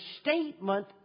statement